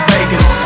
Vegas